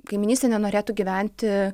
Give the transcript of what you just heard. kaimynystėj nenorėtų gyventi